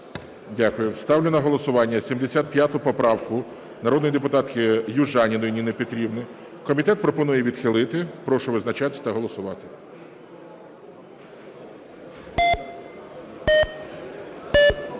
Дякую. Ставлю на голосування 75 поправку народної депутатки Южаніної Ніни Петрівни. Комітет пропонує відхилити. Прошу визначатись та голосувати.